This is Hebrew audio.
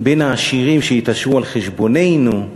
בין העשירים שהתעשרו על חשבוננו,